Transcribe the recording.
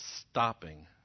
stopping